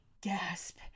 gasp